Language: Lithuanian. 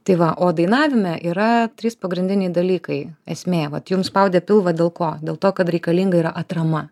tai va o dainavime yra trys pagrindiniai dalykai esmė vat jums spaudė pilvą dėl ko dėl to kad reikalinga yra atrama